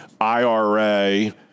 IRA